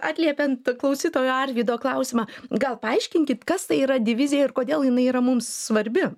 atliepiant klausytojo arvydo klausimą gal paaiškinkit kas tai yra divizija ir kodėl jinai yra mums svarbi